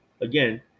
again